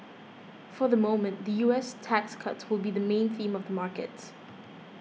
for the moment the U S tax cuts will be the main theme of the markets